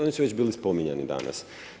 Oni su već bili spominjani danas.